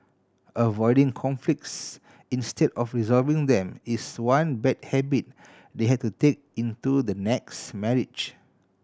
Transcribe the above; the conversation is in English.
avoiding conflicts instead of resolving them is one bad habit they had to take into the next marriage